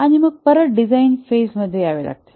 आणि मग परत डिझाईन फेजमध्ये यावे लागते